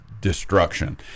destruction